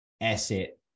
asset